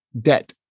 debt